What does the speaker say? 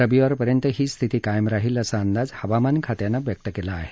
रविवारपर्यंत ही स्थिती कायम राहील असा अंदाज हवामान खात्यानं व्यक्त केला आहे